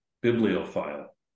bibliophile